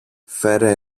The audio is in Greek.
φέρε